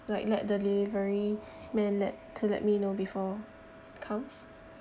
like let the delivery man let to let me know before comes